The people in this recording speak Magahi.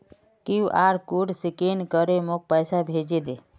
क्यूआर कोड स्कैन करे मोक पैसा भेजे दे